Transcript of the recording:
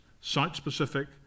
site-specific